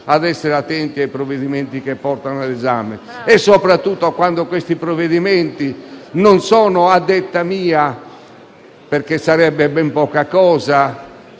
ad essere attenti ai provvedimenti che portano all'esame. Soprattutto quando questi provvedimenti sono - non a detta mia, perché sarebbe ben poca cosa